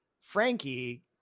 frankie